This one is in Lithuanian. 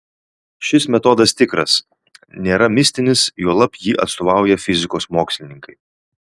šis metodas tikras nėra mistinis juolab jį atstovauja fizikos mokslininkai